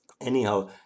Anyhow